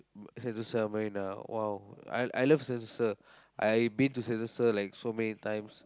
sentosa marina !wow! I I love sentosa I been to sentosa like so many times